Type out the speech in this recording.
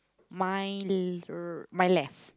my l~ r~ my left